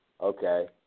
Okay